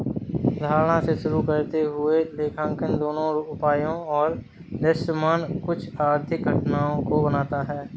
धारणा से शुरू करते हुए लेखांकन दोनों उपायों और दृश्यमान कुछ आर्थिक घटनाओं को बनाता है